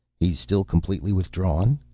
he's still completely withdrawn?